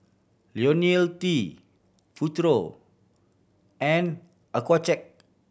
Ionil T Futuro and Accucheck